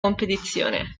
competizione